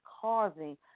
causing